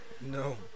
No